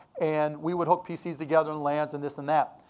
and we would hook pcs together and lans and this and that.